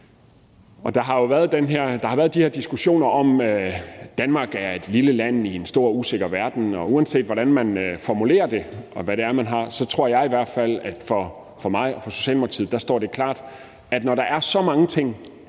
de her diskussioner om Danmark som et lille land i en stor usikker verden, og uanset hvordan man formulerer det, tror jeg i hvert fald, at det for mig og Socialdemokratiet står klart, at når der sker så mange ting